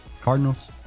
Cardinals